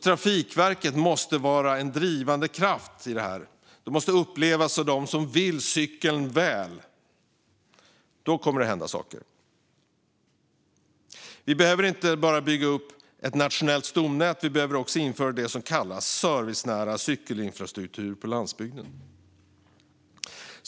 Trafikverket måste vara en drivande kraft och upplevas som den som vill cykeln väl. Då kommer det att hända saker. Vi behöver inte bara bygga upp ett nationellt stomnät - vi behöver också införa det som kallas servicenära cykelinfrastruktur på landsbygden.